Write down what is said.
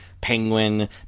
penguin